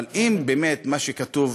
אבל אם באמת מה שכתוב,